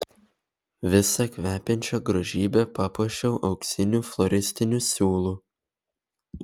visą kvepiančią grožybę papuošiau auksiniu floristiniu siūlu